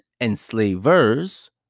enslavers